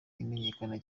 imenyekana